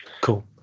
Cool